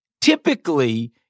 Typically